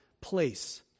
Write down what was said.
place